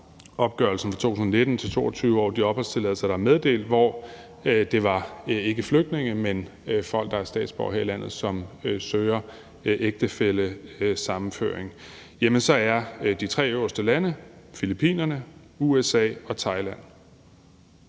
opgørelsen fra 2019 til 2022 over de opholdstilladelser, der er meddelt, hvor det ikke er flygtninge, men folk, der er statsborgere her i landet, som søger ægtefællesammenføring, jamen så er de tre øverste lande Filippinerne, USA og Thailand.